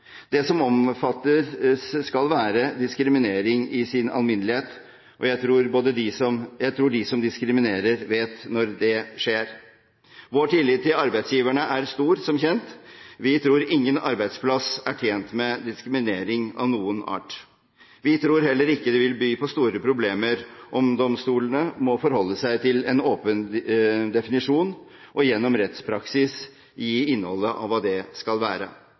Det som omfattes, skal være diskriminering i sin alminnelighet. Jeg tror de som diskriminerer, vet når det skjer. Vår tillitt til arbeidsgiverne er som kjent stor. Vi tror ingen arbeidsplass er tjent med diskriminering av noen art. Vi tror heller ikke det vil by på store problemer om domstolene må forholde seg til en åpen definisjon og gjennom rettspraksis gi innholdet av hva det skal være.